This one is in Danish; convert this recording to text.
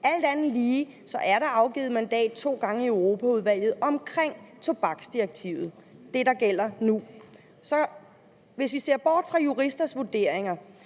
Alt andet lige er der to gange givet mandat i Europaudvalget til tobaksdirektivet, altså det, der gælder nu. Hvis vi ser bort fra juristers vurderinger,